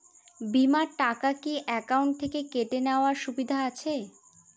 বিমার টাকা কি অ্যাকাউন্ট থেকে কেটে নেওয়ার সুবিধা আছে?